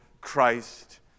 Christ